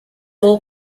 all